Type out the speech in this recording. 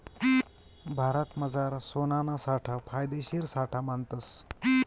भारतमझार सोनाना साठा फायदेशीर साठा मानतस